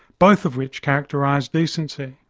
both of which characterise decency.